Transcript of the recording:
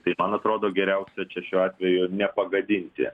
tai man atrodo geriausia čia šiuo atveju nepagadinti